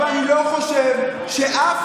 אבל אני חושב שאף